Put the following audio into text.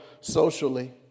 socially